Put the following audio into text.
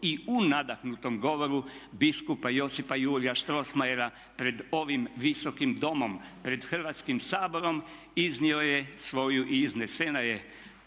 u nadahnutom govoru biskupa Josipa Jurja Strossmayera pred ovim Visokim domom, pred Hrvatskim saborom iznio je svoju i iznesena je